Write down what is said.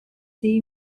see